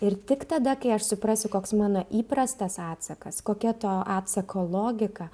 ir tik tada kai aš suprasiu koks mano įprastas atsakas kokia to atsako logika